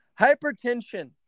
hypertension